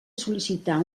sol·licitar